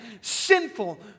sinful